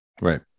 Right